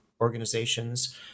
organizations